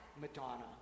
Madonna